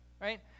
right